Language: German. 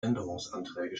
änderungsanträge